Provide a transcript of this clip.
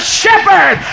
shepherd